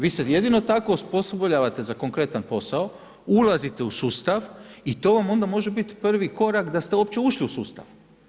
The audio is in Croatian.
Vi se jedino tako osposobljavate za konkretan posao, ulazite u sustav i to vam onda može biti prvi korak da ste uopće ušli u sustav.